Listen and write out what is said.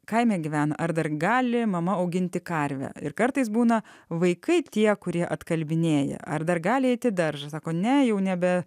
kaime gyvena ar dar gali mama auginti karvę ir kartais būna vaikai tie kurie atkalbinėja ar dar gali eiti daržą sako ne jau nebe